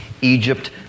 Egypt